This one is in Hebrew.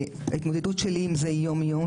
ההתמודדות שלי עם זה יום יום,